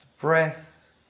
breath